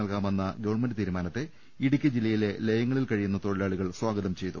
നൽകാമെന്ന government തീരുമാനത്തെ ഇടുക്കി ജില്ലയിലെ ലയങ്ങ ളിൽ കഴിയുന്ന തൊഴിലാളികൾ സ്വാഗത്ം ചെയ്തു